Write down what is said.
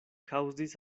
kaŭzis